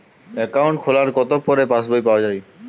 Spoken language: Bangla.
অ্যাকাউন্ট খোলার কতো পরে পাস বই পাওয়া য়ায়?